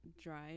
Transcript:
drive